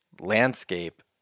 landscape